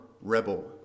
rebel